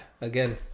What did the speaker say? again